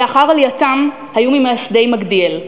לאחר עלייתם הם היו ממייסדי מגדיאל.